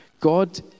God